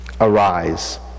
arise